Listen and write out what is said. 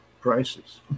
prices